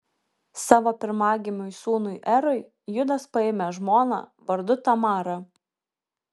savo pirmagimiui sūnui erui judas paėmė žmoną vardu tamara